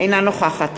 אינה נוכחת